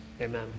amen